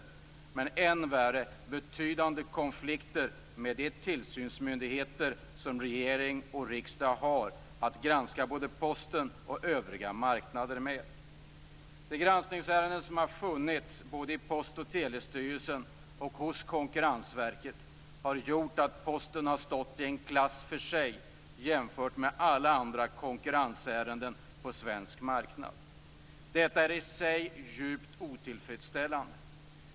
Än värre är att det har blivit betydande konflikter med de tillsynsmyndigheter som regering och riksdag har för att granska både postmarknaden och övriga marknader med. De granskningsärenden som har funnits hos Postoch telestyrelsen och Konkurrensverket har inneburit att Posten har stått i en klass för sig jämfört med alla andra när det gäller konkurrensärenden på svensk marknad. Detta är i sig djupt otillfredsställande.